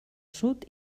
sud